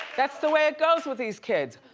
that's the way it goes with these kids.